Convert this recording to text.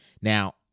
Now